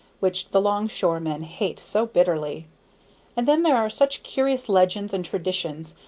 which the longshore-men hate so bitterly and then there are such curious legends and traditions,